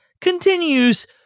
continues